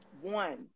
One